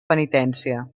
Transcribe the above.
penitència